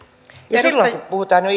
ja silloin puhutaan jo